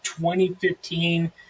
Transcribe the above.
2015